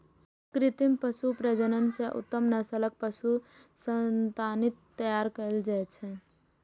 कृत्रिम पशु प्रजनन सं उत्तम नस्लक पशु संतति तैयार कएल जाइ छै